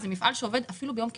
זה מפעל שעובד אפילו ביום כיפור,